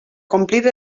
complir